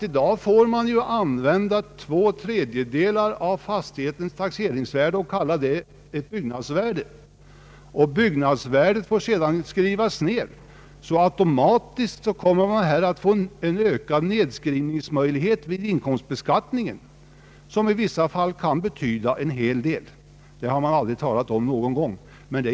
I dag får man nämligen kalla två tredjedelar av fastighetens taxeringsvärde för byggnadsvärde, och detta får skrivas ned. Automatiskt får man härigenom en ökad nedskrivningsmöjlighet vid inkomstbeskattningen, som i vissa fall kan betyda en hel del. Det har det aldrig talats om.